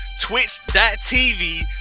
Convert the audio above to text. twitch.tv